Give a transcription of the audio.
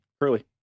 Curly